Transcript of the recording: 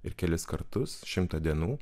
ir kelis kartus šimtą dienų